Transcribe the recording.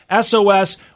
SOS